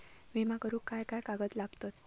विमा करुक काय काय कागद लागतत?